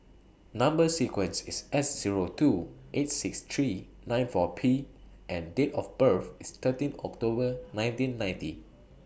Number sequence IS S Zero two eight six three nine four P and Date of birth IS thirteen October nineteen ninety